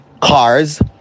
cars